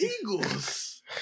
Eagles